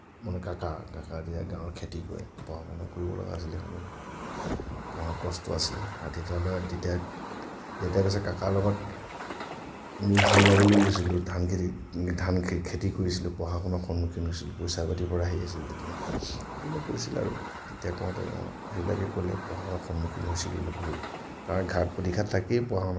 মানে কাকা কাকহঁতে খেতি কৰে পঢ়া শুনা কৰিব লগা হৈছিলে পঢ়াত কষ্ট আছিলে আৰু দেউতাই কৈছে কাকা লগত আমি হাল বাবলৈ গৈছিলোঁ ধান খেতি কৰিছিলোঁ পঢ়া শুনাত সন্মুখীন হৈছিলো পইচা পাতি পৰা হেৰি হৈছিল তেতিয়া সেইবিলাক কৈছিল আৰু তেতিয়া কওঁতে মানে আমাক সেইবিলাকেই ক'লে পঢ়া শুনাত সন্মুখীন হৈছিলোঁ বহুত তাত ঘাট প্ৰতিঘাত থাকেই